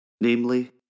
namely